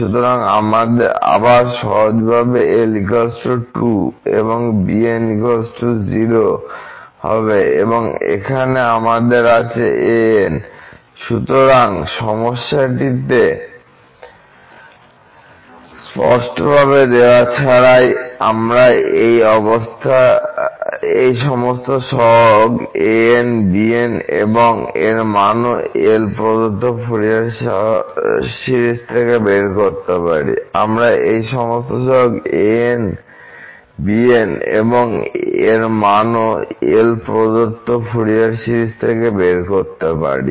সুতরাং আবার সহজভাবে L 2 এবং bn 0 হবে এবং এখানে আমাদের আছে an সুতরাং সমস্যাটিতে স্পষ্টভাবে দেওয়া ছাড়াই আমরা এই সমস্ত সহগ an bn' এবং এর মানও L প্রদত্ত ফুরিয়ার সিরিজ থেকে বের করতে পারি